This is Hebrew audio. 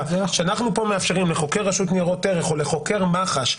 שאנחנו מאפשרים פה לחוקר רשות לניירות ערך או לחוקר מח"ש,